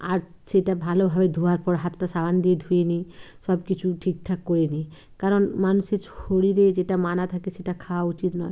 আর সেটা ভালোভাবে ধোয়ার পর হাতটা সাবান দিয়ে ধুয়ে নিই সব কিছু ঠিকঠাক করে দিই কারণ মানুষের শরীরে যেটা মানা থাকে সেটা খাওয়া উচিত নয়